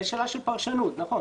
זו שאלה של פרשנות, נכון.